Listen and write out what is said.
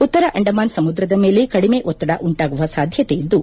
ಉತ್ತರ ಅಂಡಮಾನ್ ಸಮುದ್ರದ ಮೇಲೆ ಕಡಿಮೆ ಒತ್ತಡ ಉಂಟಾಗುವ ಸಾಧ್ಯತೆ ಇದ್ದು